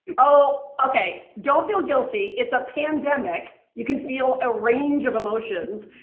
oh, ok. don't feel guilty. it's a pandemic, you can feel a range of emotions.